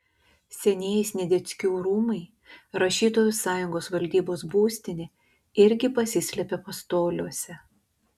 senieji sniadeckių rūmai rašytojų sąjungos valdybos būstinė irgi pasislėpė pastoliuose